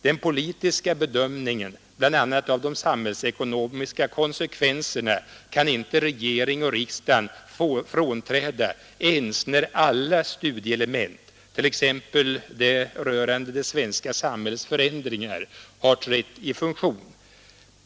Den politiska bedömningen bl.a. av de samhällsekonomiska konsekvenserna kan inte regering och riksdag frånträda ens när alla studieelement, t.ex. det rörande det svenska samhällets förändringar, har trätt i funktion.